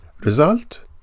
result